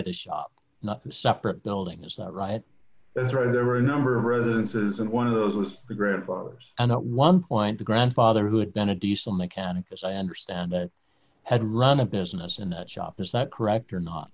the shop not the separate building is that right that's right there were a number of residences and one of those was the grandfather's and at one point the grandfather who had been a diesel mechanic as i understand it had run a business in that shop is that correct or not